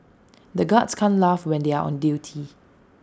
the guards can' T laugh when they are on duty